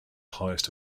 highest